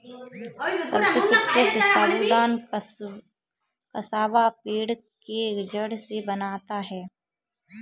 सबसे प्रसिद्ध साबूदाना कसावा पेड़ के जड़ से बनता है